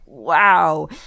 Wow